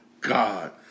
god